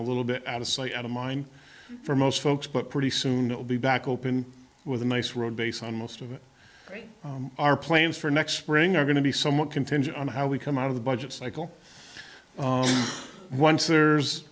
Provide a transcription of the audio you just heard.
a little bit out of sight out of mind for most folks but pretty soon it'll be back open with a nice road based on most of our plans for next spring are going to be somewhat contingent on how we come out of the budget cycle once there's